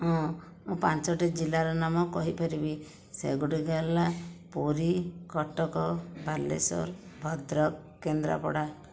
ହଁ ମୁଁ ପାଞ୍ଚଟି ଜିଲ୍ଲାର ନାମ କହିପାରିବି ସେଗୁଡ଼ିକ ହେଲା ପୁରୀ କଟକ ବାଲେଶ୍ୱର ଭଦ୍ରକ କେନ୍ଦ୍ରାପଡ଼ା